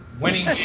winning